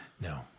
no